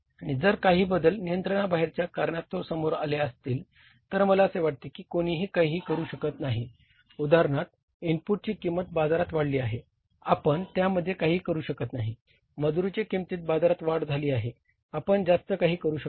आणि जर काही बदल नियंत्रणाबाहेरच्या कारणास्तव समोर आले असतील तर मला असे वाटते की कोणीही काहीही करू शकत नाही उदाहरणार्थ इनपुटची किंमत बाजारात वाढली आहे आपण त्यामध्ये काही करू शकत नाही मजुरीची किंमतीत बाजारात वाढ झाली आहे आपण जास्त काही करू शकत नाही